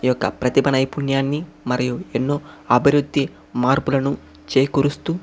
ఈ యొక్క ప్రతిభ నైపుణ్యాన్ని మరియు ఎన్నో అభివృద్ధి మార్పులను చేకూరుస్తు